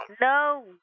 No